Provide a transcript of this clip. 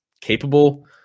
capable